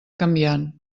canviant